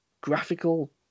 graphical